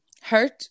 Hurt